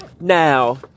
Now